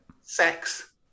sex